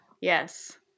Yes